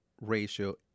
ratio